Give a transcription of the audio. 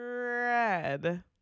Red